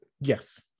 yes